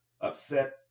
upset